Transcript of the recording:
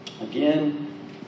Again